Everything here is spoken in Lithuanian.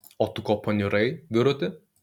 o tu ko paniurai vyruti